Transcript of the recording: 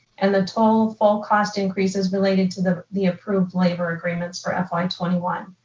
and the total full cost increases related to the the approved labor agreements for fy and twenty one.